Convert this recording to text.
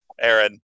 aaron